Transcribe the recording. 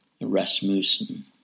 Rasmussen